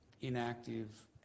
inactive